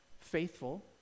faithful